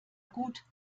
gut